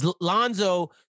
Lonzo